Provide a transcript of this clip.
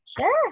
Sure